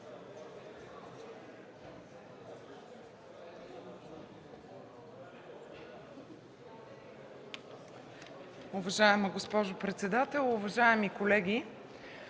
Уважаема госпожо председател, уважаеми колеги!